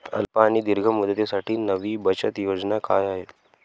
अल्प आणि दीर्घ मुदतीसाठी नवी बचत योजना काय आहे?